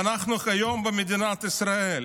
ואנחנו היום במדינת ישראל.